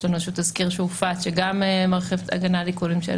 יש לנו איזשהו תזכיר שהופץ שגם מרחיב את ההגנה